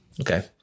Okay